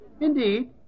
Indeed